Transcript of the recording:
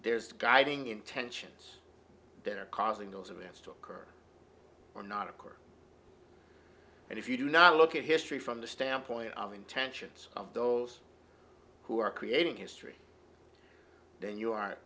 there's guiding intentions that are causing those events to occur or not occur and if you do not look at history from the standpoint of the intentions of those who are creating history then you are